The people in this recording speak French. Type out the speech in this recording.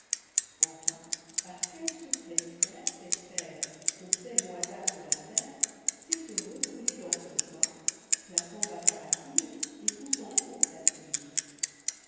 enfin par quel secret mystère cette fève qu'on sème au hasard sur la terre sait se retourner dans son sein place en bas sa racine et pousse en hautsa tige